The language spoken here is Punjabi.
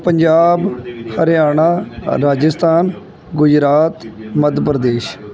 ਪੰਜਾਬ ਹਰਿਆਣਾ ਅ ਰਾਜਸਥਾਨ ਗੁਜਰਾਤ ਮੱਧ ਪ੍ਰਦੇਸ਼